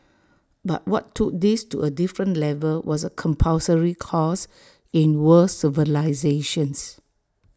but what took this to A different level was A compulsory course in world civilisations